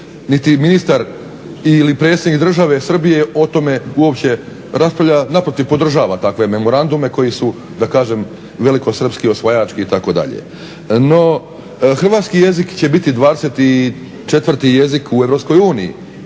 niti ministar ili predsjednik države Srbije o tome uopće raspravlja. Naprotiv, podržava takve memorandume koji su da kažem velikosrpski, osvajački itd. No, hrvatski jezik će biti 24 jezik u